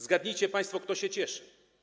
Zgadnijcie państwo, kto się cieszy.